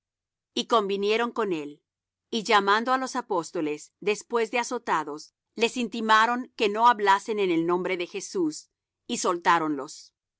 y convinieron con él y llamando á los apóstoles después de azotados les intimaron que no hablasen en el nombre de jesús y soltáronlos y